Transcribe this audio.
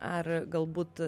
ar galbūt